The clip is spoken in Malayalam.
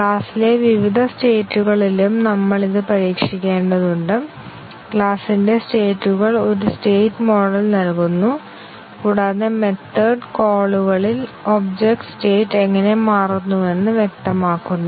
ക്ലാസിലെ വിവിധ സ്റ്റേറ്റ്കളിലും നമ്മൾ ഇത് പരീക്ഷിക്കേണ്ടതുണ്ട് ക്ലാസിന്റെ സ്റ്റേറ്റ്കൾ ഒരു സ്റ്റേറ്റ് മോഡൽ നൽകുന്നു കൂടാതെ മെത്തേഡ് കോളുകളിൽ ഒബ്ജക്റ്റ് സ്റ്റേറ്റ് എങ്ങനെ മാറുന്നുവെന്ന് വ്യക്തമാക്കുന്നു